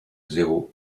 zéro